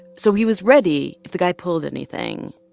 so he was ready, if the guy pulled anything,